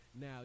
Now